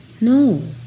no